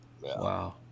wow